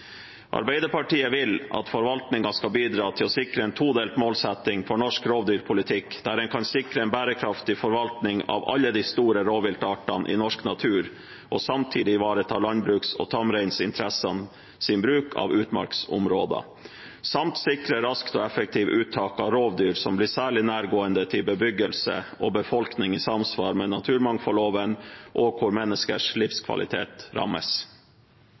Arbeiderpartiet vil at forvaltningen skal bidra til å sikre en todelt målsetting for norsk rovdyrpolitikk, der en kan sikre en bærekraftig forvaltning av alle de store rovviltartene i norsk natur og samtidig ivareta landbruks- og tamreininteressenes bruk av utmarksområder, samt sikre raskt og effektivt uttak av rovdyr som blir særlig nærgående til bebyggelse og befolkning, i samsvar med naturmangfoldloven, og hvor menneskers livskvalitet rammes.